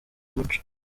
umuco